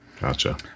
Gotcha